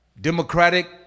democratic